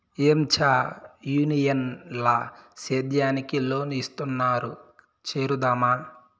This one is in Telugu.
ఏంచా యూనియన్ ల సేద్యానికి లోన్ ఇస్తున్నారు చేరుదామా